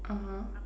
(uh huh)